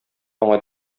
аңа